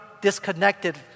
disconnected